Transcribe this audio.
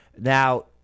Now